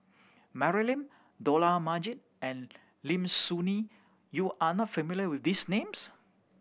Mary Lim Dollah Majid and Lim Soo Ngee you are not familiar with these names